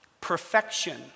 Perfection